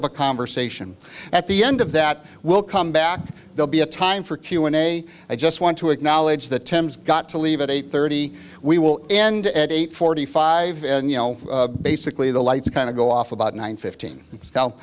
of a conversation at the end of that we'll come back they'll be a time for q and a i just want to acknowledge the thames got to leave at eight thirty we will end at eight forty five and you know basically the lights kind of go off about nine fifteen how